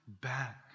back